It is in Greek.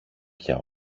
πια